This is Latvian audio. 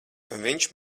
viņš